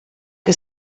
que